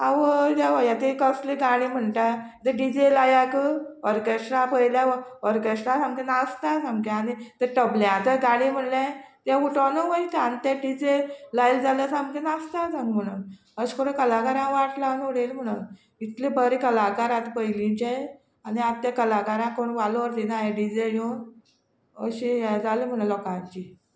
आवय देवा हे तें कसली गाणी म्हणटा तें डि जे लायात ऑर्केश्ट्रा पयल्या ऑर्केट्रा सामके नाचता सामके आनी ते तबल्या गाणी म्हणले ते उठून वयता आनी ते डि जे लायले जाल्यार सामकें नाचतात म्हणून अशें करून कलाकारांक वाट लान उडयले म्हणले बरे कलाकार आतां पयलींचे आनी आतां ते कलाकाराक कोण वालोर दिना हे डि जे येवन अशे हे जाले म्हण लोकांची